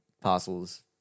parcels